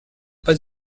pas